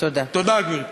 תודה, גברתי.